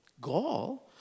gall